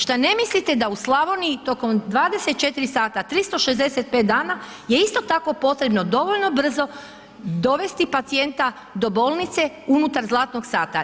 Što ne mislite da u Slavoniji tokom 24h 365 dana je isto tako potrebno dovoljno brzo dovesti pacijenta do bolnice unutar zlatnog sata?